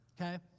Okay